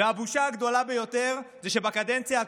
והבושה הגדולה ביותר זה שבקדנציה הקודמת,